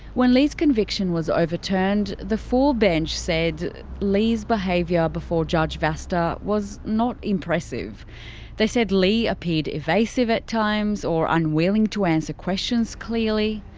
when leigh's conviction was overturned, the full bench said leigh's behaviour before judge vasta was not impressive they said leigh appeared evasive at times, or unwilling to answer questions clearly.